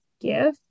give